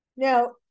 Now